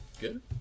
Good